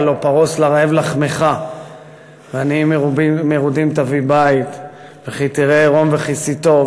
"הלוא פרס לרעב לחמך ועניים מרודים תביא בית כי תראה ערם וכסיתו".